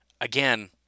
Again